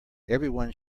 everyone